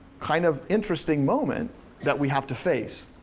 kind of interesting moment that we have to face.